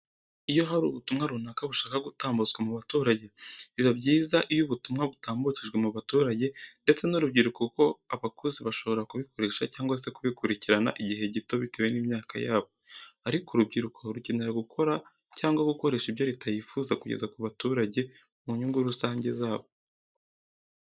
Iyo hari ubutumwa runaka bushaka gutambutswa mu baturage, biba byiza iyo ubutumwa butambukijwe mu baturage ndetse n'urubyiruko kuko abakuze bashobora kubikoresha cyangwa se kubikurikirana igihe gito bitewe n'imyaka yabo, ariko urubyiruko rukenera gukora cyangwa gukoresha ibyo Leta yifuza kugeza ku baturage mu nyungu rusange zabo.